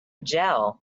gel